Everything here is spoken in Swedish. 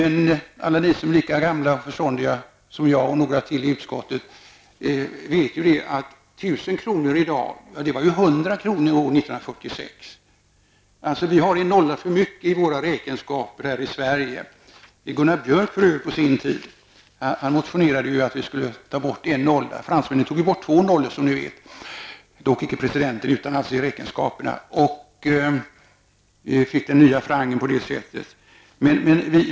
Alla ni som är lika gamla och förståndiga som jag och några till i utskottet vet att 1 000 kr. i dag motsvarades av 100 kr. år 1946. Vi har en nolla för mycket i våra räkenskaper här i Sverige. Gunnar Biörck motionerade på sin tid om att vi skulle ta bort en nolla. Fransmännen tog bort en nolla som ni vet, dock inte presidenten utan i räkenskaperna och fick den nya francen på det sättet.